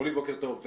בוקר טוב.